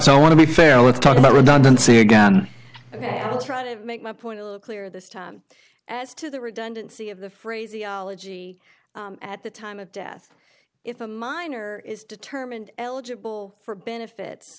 o want to be fair let's talk about redundancy ok i'll try to make my point a little clearer this time as to the redundancy of the phraseology at the time of death if a minor is determined eligible for benefit